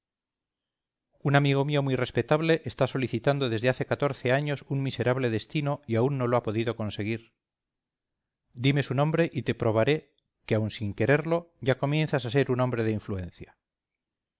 un amigo mío muy respetable está solicitando desde hace catorce años un miserable destino y aún no lo ha podido conseguir dime su nombre y te probaré que aun sin quererlo ya comienzas a ser un hombre de influencia